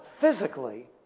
physically